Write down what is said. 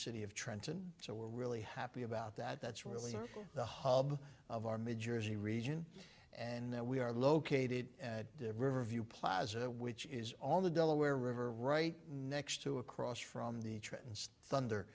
city of trenton so we're really happy about that that's really the hub of our major as a region and that we are located at riverview plaza which is on the delaware river right next to across from the trends thunder